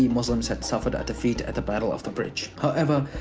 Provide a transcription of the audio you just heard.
muslims had suffered a defeat at the battle of the bridge. however,